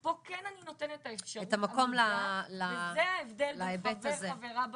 פה כן אני נותנת את האפשרות לנפגעת וזה ההבדל בין חבר או חברה בוועדה,